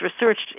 researched